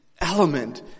element